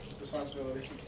responsibility